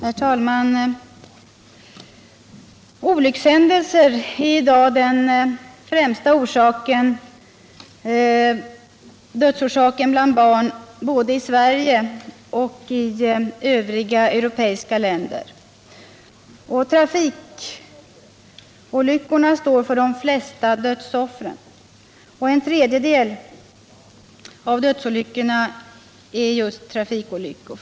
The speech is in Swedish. Herr talman! Olyckshändelser är i dag den främsta dödsorsaken bland barn både i Sverige och i övriga europeiska länder. Trafikolyckorna står för de flesta dödsoffren. En tredjedel av alla dödsolyckor är just trafikolyckor.